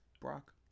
Brock